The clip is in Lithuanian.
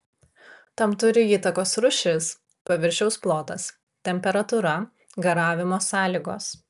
tam turi įtakos rūšis paviršiaus plotas temperatūra garavimo sąlygos